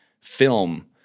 film